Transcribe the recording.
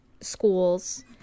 schools